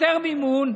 יותר מימון,